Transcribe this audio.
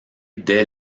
dès